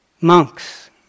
Monks